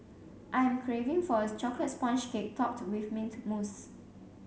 I am craving for a chocolate sponge cake topped with mint mousse